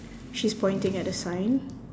she's pointing at the sign